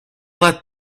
let